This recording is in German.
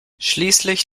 schließlich